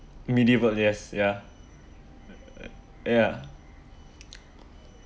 medieval yes ya ya